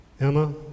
Emma